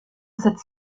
cette